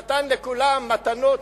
נתן לכולם מתנות,